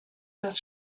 das